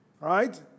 right